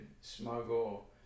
smuggle